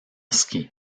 ski